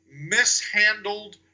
mishandled